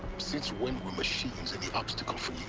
since when were machines any obstacle for